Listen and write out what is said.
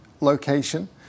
location